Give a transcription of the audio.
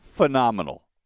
Phenomenal